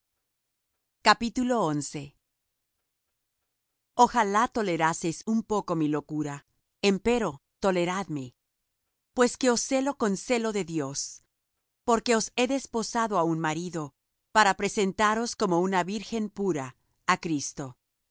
dios alaba ojala toleraseis un poco mi locura empero toleradme pues que os celo con celo de dios porque os he desposado á un marido para presentaros como una virgen pura á cristo